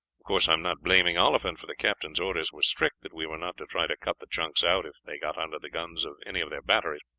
course i am not blaming oliphant, for the captain's orders were strict that we were not to try to cut the junks out if they got under the guns of any of their batteries.